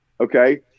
Okay